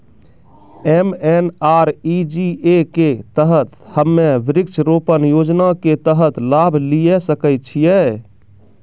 MNREGA के तहत हम्मय वृक्ष रोपण योजना के तहत लाभ लिये सकय छियै?